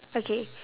okay